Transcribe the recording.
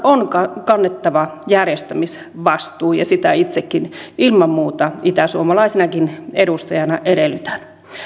on kannettava järjestämisvastuu ja sitä itsekin ilman muuta itäsuomalaisenakin edustajana edellytän